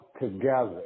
together